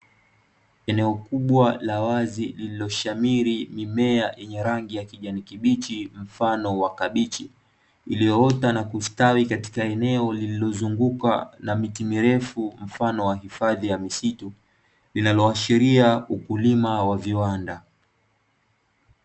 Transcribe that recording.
Eneo kubwa la wazi lililoshamiri mimea yenye rangi ya kijani kibichi mfano wa kabichi, iliyoota na kustawi katika eneo lilillozungukwa na miti mirefu mfano wa hifadhi ya misitu, linaloashiria ukulima wa viwanda.